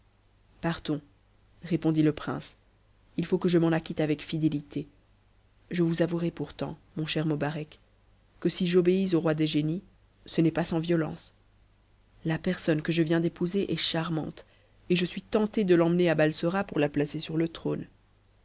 partons répondit le prince il faut que je m'en acquitte avec fidélité je vous avouerai pourtant mon cher mobarec que si j'obéis au roi des génies ce n'est pas sans violence la personne que je viens d'épouser est charmante et je suis tenté de l'emmener à balsora pour la placer sur e trône